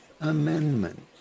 Amendment